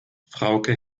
frauke